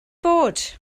bod